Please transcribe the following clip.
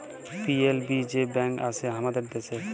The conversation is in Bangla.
পি.এল.বি যে ব্যাঙ্ক আসে হামাদের দ্যাশে